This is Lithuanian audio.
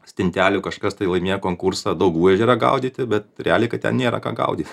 stintelių kažkas tai laimėjo konkursą daugų ežere gaudyti bet realiai kad ten nėra ką gaudyt